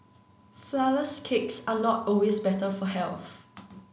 flour less cakes are not always better for health